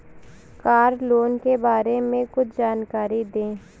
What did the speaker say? Car loan के बारे में कुछ जानकारी दें?